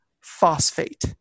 phosphate